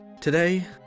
Today